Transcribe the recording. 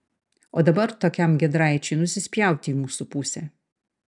o dabar tokiam giedraičiui nusispjauti į mūsų pusę